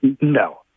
No